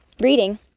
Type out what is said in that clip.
reading